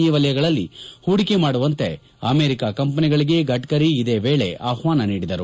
E ವಲಯಗಳಲ್ಲಿ ಹೂಡಿಕೆ ಮಾಡುವಂತೆ ಅಮೇರಿಕ ಕಂಪನಿಗಳಿಗೆ ಗಡ್ಡರಿ ಇದೇ ವೇಳೆ ಆಹ್ವಾನ ನೀಡಿದರು